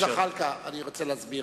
חבר הכנסת זחאלקה, אני רוצה להסביר.